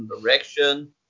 direction